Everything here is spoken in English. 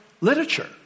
literature